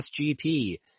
SGP